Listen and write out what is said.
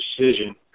decision